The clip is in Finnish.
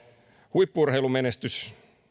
huippu urheilumenestys